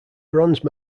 bronze